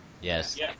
Yes